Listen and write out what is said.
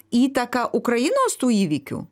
įtaka ukrainos tų įvykių